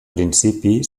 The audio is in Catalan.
principi